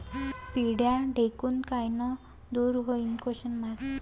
पिढ्या ढेकूण कायनं दूर होईन?